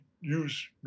use